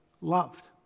loved